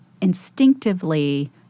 instinctively